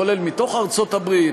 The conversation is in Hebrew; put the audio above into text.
כולל מתוך ארצות-הברית,